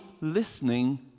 listening